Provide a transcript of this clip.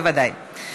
בוודאי.